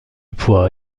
poix